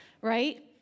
right